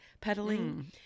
pedaling